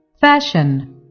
Fashion